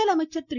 முதலமைச்சர் திரு